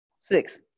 Six